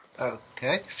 Okay